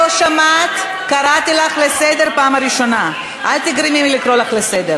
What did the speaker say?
גברתי השרה, אי-אפשר לעצום